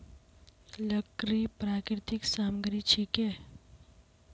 लकड़ी प्राकृतिक सामग्री छिके